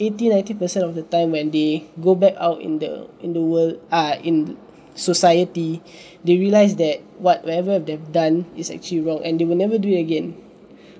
eighty ninety percent of the time when they go back out in the in the world err in society they realized that whatever they've done is actually wrong and they will never do it again